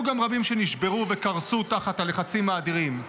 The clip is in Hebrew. היו גם רבים שנשברו וקרסו תחת הלחצים האדירים,